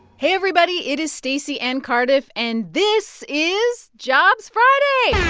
hey, everybody. it is stacey and cardiff, and this is jobs friday